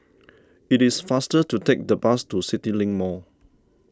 it is faster to take the bus to CityLink Mall